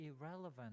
irrelevant